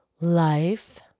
life